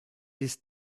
this